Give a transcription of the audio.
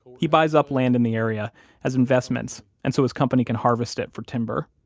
he buys up land in the area as investments, and so his company can harvest it for timber.